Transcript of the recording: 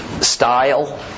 style